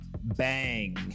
bang